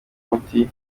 umuti